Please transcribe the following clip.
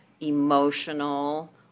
emotional